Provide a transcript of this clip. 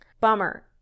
Bummer